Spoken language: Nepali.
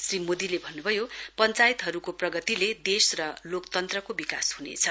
श्री मोदीले भन्नुभयो पञ्चायतहरूको प्रगतिले देश र लोकतन्त्रको विकास हुनेछ